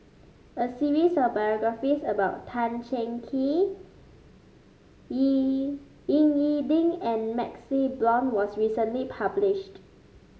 a series of biographies about Tan Cheng Kee E Ying E Ding and MaxLe Blond was recently published